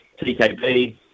TKB